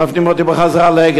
מפנים אותי בחזרה ל"אגד".